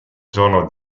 sono